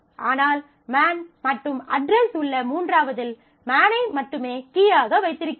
ஆனால் மேன் மற்றும் அட்ரஸ் உள்ள மூன்றாவதில் மேன் ஐ மட்டுமே கீயாக வைத்திருக்கிறோம்